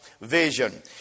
vision